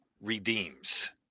redeems